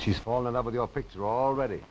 she's fall in love with your picture already